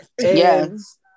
Yes